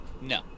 no